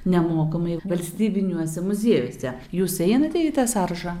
nemokamai valstybiniuose muziejuose jūs einate į tą sąrašą